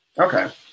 Okay